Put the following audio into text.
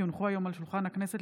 כי הונחו היום על שולחן הכנסת,